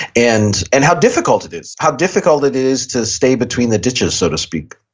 and and how difficult it is? how difficult it is to stay between the ditches, so to speak?